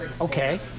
Okay